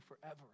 forever